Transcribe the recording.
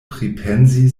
pripensi